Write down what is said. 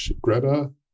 Greta